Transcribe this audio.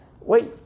Wait